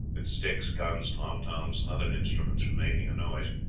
with sticks, guns, tom-toms, and other instruments for making a noise.